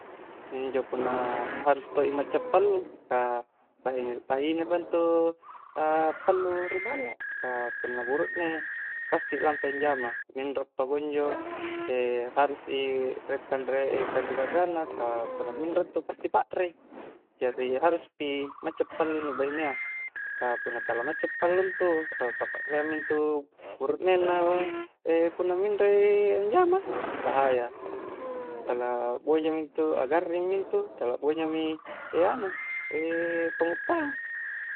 Injo punna harus to i macca pallu ka bahine pa intu a pallu ri ballak, ka punna burukne pasti lampai anjama, minro pakunjo harus i riek kanre-kanreang na ka punna minri intu pasti pakrei, jari haruspi macca pallu inni bahine a, ka punna tala macca pallu intu, kapakreang mintu buruknengna punna minro i anjama, bahaya tala akboja mintu, a garring mi intu tala bojami anu panguppang.